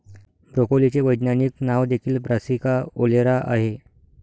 ब्रोकोलीचे वैज्ञानिक नाव देखील ब्रासिका ओलेरा आहे